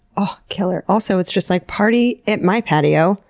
oh, killer! also, it's just like, party at my patio.